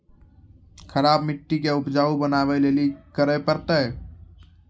खराब मिट्टी के उपजाऊ बनावे लेली की करे परतै?